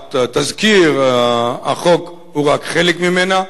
שתזכיר הצעת החוק הוא רק חלק ממנה,